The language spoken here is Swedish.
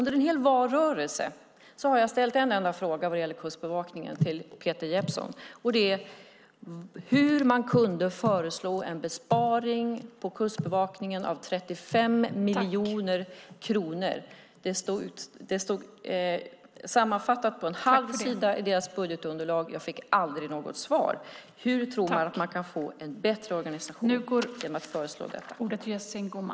Under en hel valrörelse har jag ställt en enda fråga vad gäller Kustbevakningen till Peter Jeppsson och det är hur man kunde föreslå en besparing på Kustbevakningen med 35 miljoner kronor. Det stod sammanfattat på en halv sida i deras budgetunderlag. Jag fick aldrig något svar. Hur tror man att man kan få en bättre organisation genom att föreslå detta?